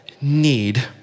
need